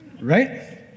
Right